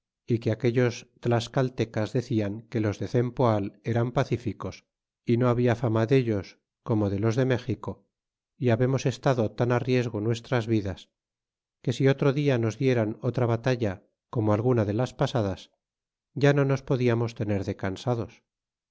y que aquellos tlascaltecas decian que os de cempoal eran pacíficos y no habla fama dellos como de los de méxico y babemos estado tan á riesgo nuestras vidas que si otro dia nos dieran otra batalla como alguna de las pasadas ya no nos podiamos tener de cansados